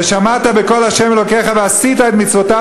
ושמעת בקול ה' אלוקיך ועשית את מצותו